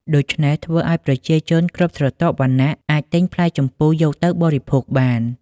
ដូច្នេះធ្វើឱ្យប្រជាជនគ្រប់ស្រទាប់វណ្ណៈអាចទិញផ្លែជម្ពូយកទៅបរិភោគបាន។